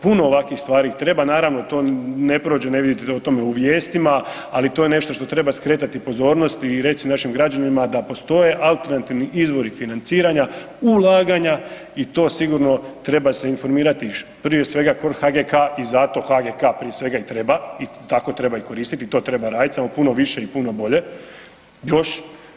Puno ovakvih stvari, treba naravno, to ne prođe, ne vidite o tome u vijestima, ali to je nešto što treba skretati pozornost i reći našim građanima da postoje alternativni izvori financiranja, ulaganja i to sigurno treba se informirati prije svega kod HGK i zato HGK prije svega i treba i tako treba i koristiti i to treba radit samo puno više i puno bolje još.